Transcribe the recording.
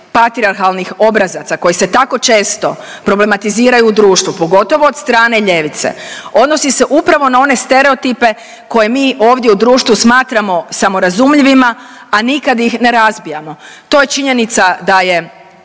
patrijarhalnih obrazaca koji se tako često problematiziraju u društvu, pogotovo od strane ljevice, odnosi se upravo na one stereotipe koje mi u ovdje u društvu smatramo samorazumljivima, a nikad ih ne razbijamo. To je činjenica da je